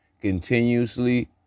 continuously